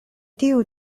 tiu